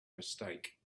mistake